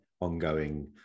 ongoing